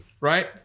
Right